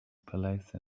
palace